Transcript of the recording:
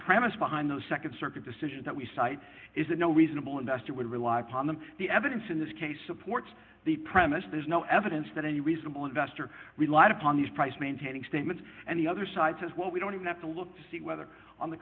premise behind the nd circuit decision that we cite is that no reasonable investor would rely upon them the evidence in this case supports the premise there's no evidence that any reasonable investor relied upon these price maintaining statements and the other side says well we don't even have to look to see whether on the